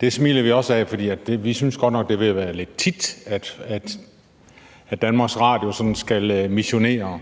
Det smiler vi også af, for vi synes godt nok, det er ved at være lidt tit, Danmarks Radio sådan skal missionere.